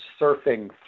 surfing